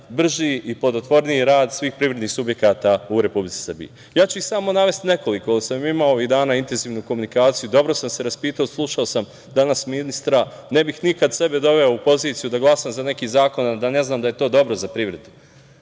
brži i plodotvorniji rad svih privrednih subjekata u Republici Srbiji. Ja ću ih samo navesti nekoliko, ali sam imao ovih dana intenzivnu komunikaciju, dobro sam se raspitao, slušao sam danas ministra i ne bih nikad sebe doveo u poziciju da glasam za neki zakon, a da ne znam da je to dobro za privredu. Zaista,